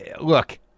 look